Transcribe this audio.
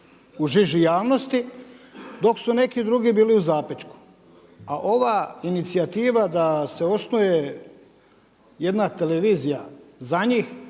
u žiži javnosti dok su neki drugi bili u zapećku. A ova inicijativa da se osnuje jedna televizija za njih,